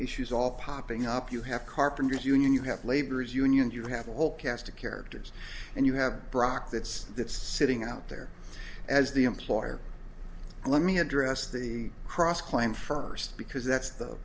issues all popping up you have carpenters union you have labor union you have the whole cast of characters and you have brock that's that's sitting out there as the employer let me address the cross claim first because that's the